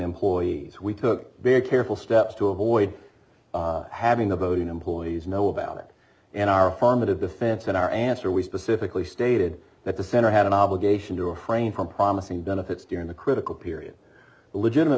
employees we took very careful steps to avoid having the voting employees know about it in our affirmative defense in our answer we specifically stated that the center had an obligation to a frame from promising benefits during the critical period a legitimate